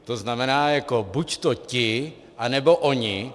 To znamená, jako buďto ti, anebo oni.